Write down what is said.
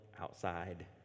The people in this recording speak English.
outside